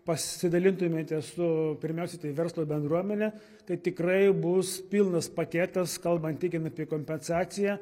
pasidalintumėte su pirmiausiai tai verslo bendruomene tai tikrai bus pilnas paketas kalbant tik apie kompensaciją